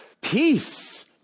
peace